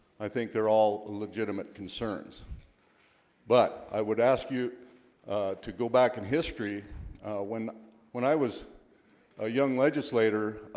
i think they're all legitimate concerns but i would ask you to go back in history when when i was a young legislator?